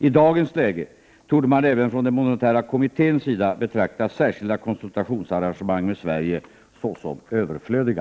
I dagens läge torde man även från den monetära kommitténs sida betrakta särskilda konsultationsarrangemang med Sverige som överflödiga.